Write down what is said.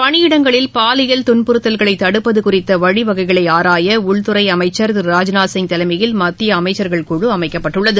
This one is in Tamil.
பணியிடங்களில் பாலிபல் துன்புறுத்தல்களைதடுப்பதுகுறித்தவழிவகைகளைஆராயஉள்துறைஅமைச்சர் ராஜ்நாத்சிங் திரு தலைமையில் மத்தியஅமைச்சர்கள் குழு அமைக்கப்பட்டுள்ளது